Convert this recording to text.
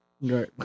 Right